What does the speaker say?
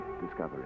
discovery